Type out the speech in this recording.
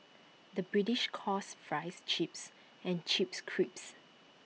the British calls Fries Chips and Chips Crisps